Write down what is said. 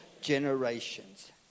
generations